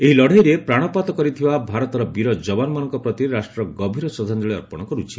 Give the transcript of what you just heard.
ଏହି ଲଢ଼େଇରେ ପ୍ରାଣପାତ କରିଥିବା ଭାରତ ବୀର ଯବାନମାନଙ୍କ ପ୍ରତି ରାଷ୍ଟ୍ର ଗଭୀର ଶ୍ରଦ୍ଧାଞ୍ଜଳି ଅର୍ପଣ କରୁଛି